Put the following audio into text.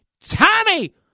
Tommy